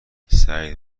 سعید